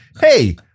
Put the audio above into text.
hey